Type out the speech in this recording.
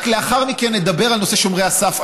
רק לאחר מכן נדבר על נושא שומרי הסף.